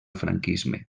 franquisme